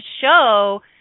show